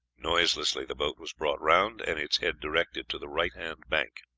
noiselessly the boat was brought round, and its head directed to the right hand bank.